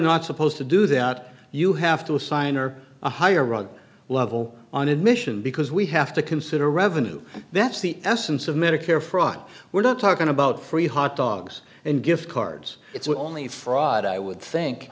not supposed to do that you have to sign or hire rug level on admission because we have to consider revenue that's the essence of medicare fraud we're not talking about free hot dogs and gift cards it's only fraud i would think